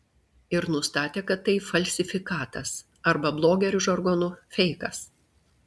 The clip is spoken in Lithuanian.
ir nustatė kad tai falsifikatas arba blogerių žargonu feikas